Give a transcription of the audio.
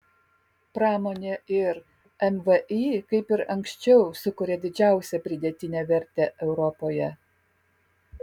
pramonė ir mvį kaip ir anksčiau sukuria didžiausią pridėtinę vertę europoje